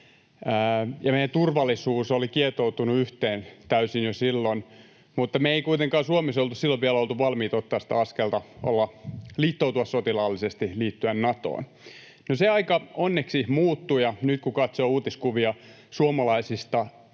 meidän turvallisuus oli kietoutunut yhteen täysin jo silloin mutta me ei kuitenkaan Suomessa oltu silloin vielä valmiita ottamaan sitä askelta liittoutua sotilaallisesti, liittyä Natoon. Se aika onneksi muuttui, ja nyt kun katsoo uutiskuvia suomalaisista